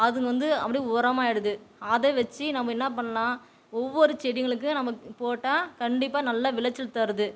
அதுங்க வந்து அப்படியே உரமாக ஆயிடுது அதை வச்சு நம்ம என்ன பண்ணலாம் ஒவ்வொரு செடிங்களுக்கு நம்ம போட்டால் கண்டிப்பாக நல்ல விளைச்சல் தருது